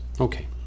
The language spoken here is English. Okay